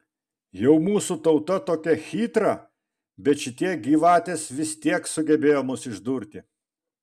jau mūsų tauta tokia chytra bet šitie gyvatės vis tiek sugebėjo mus išdurti